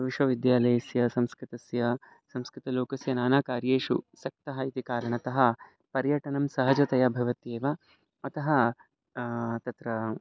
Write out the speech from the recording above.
विश्वविद्यालयस्य संस्कृतस्य संस्कृतलोकस्य नानाकार्येषु आसक्तः इति कारणतः पर्यटनं सहजतया भवत्येव अतः तत्र